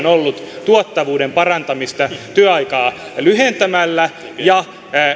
ollut tuottavuuden parantamista työaikaa lyhentämällä ja